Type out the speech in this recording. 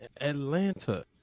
Atlanta